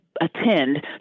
attend